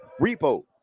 Repo